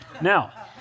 Now